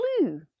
blue